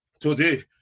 today